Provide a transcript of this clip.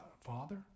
Father